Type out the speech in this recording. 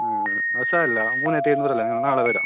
അത് സാരമില്ല മൂവായിരത്തെഴുന്നൂറല്ലേ ങ്ങ നാളെ വരാം